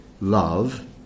love